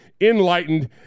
enlightened